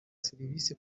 serivise